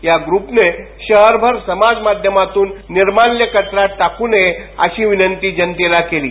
या ग्रूपने शहरभर समाजमाध्यमातून निर्माल्य कचऱ्यात टाकू नये अशी विनंती जनतेला केली आहे